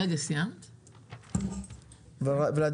כן,